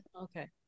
okay